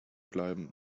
bleiben